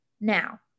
now